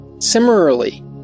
Similarly